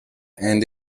and